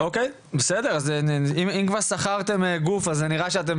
אז אם כבר שכרתם גוף אז זה נראה שאתם